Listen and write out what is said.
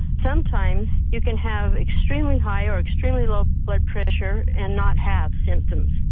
sometimes you can have extremely high or extremely low blood pressure and not have symptoms.